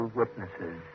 witnesses